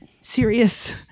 serious